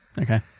okay